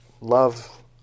love